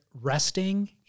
Resting